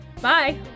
Bye